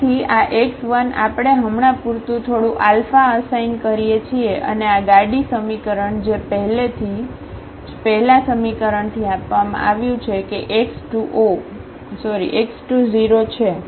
તેથી આ x1 આપણે હમણાં પૂરતું થોડું આલ્ફા અસાઇન કરીએ છીએ અને આ ગાડી સમીકરણ જે પહેલાથી જ પહેલા સમીકરણથી આપવામાં આવ્યું છે કે x20 છે